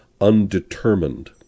undetermined